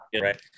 right